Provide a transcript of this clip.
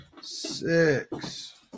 six